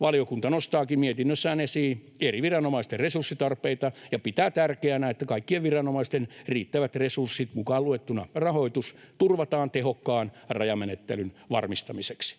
Valiokunta nostaakin mietinnössään esiin eri viranomaisten resurssitarpeita ja pitää tärkeänä, että kaikkien viranomaisten riittävät resurssit, mukaan luettuna rahoitus, turvataan tehokkaan rajamenettelyn varmistamiseksi.